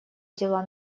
дела